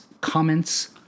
comments